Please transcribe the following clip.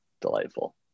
delightful